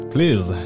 Please